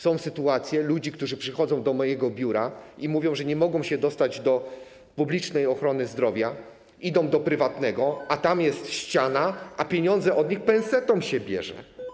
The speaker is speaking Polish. Są sytuacje ludzi, którzy przychodzą do mojego biura, i mówią, że nie mogą się dostać do publicznej ochrony zdrowia, idą do prywatnej, a tam jest ściana, a pieniądze od nich pęsetą się bierze.